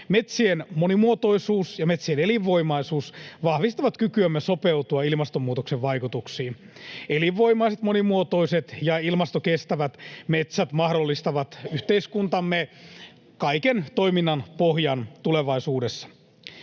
Metsien monimuotoisuus ja metsien elinvoimaisuus vahvistavat kykyämme sopeutua ilmastonmuutoksen vaikutuksiin. Elinvoimaiset, monimuotoiset ja ilmastokestävät metsät mahdollistavat yhteiskuntamme kaiken toiminnan pohjan tulevaisuudessa.